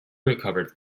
recovered